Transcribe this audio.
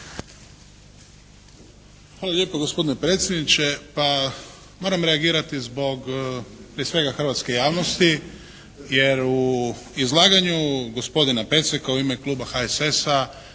Hvala lijepa gospodine predsjedniče, Pa, moram reagirati zbog prije svega hrvatske javnosti jer u izlaganju gospodina Peceka u ime kluba HSS-a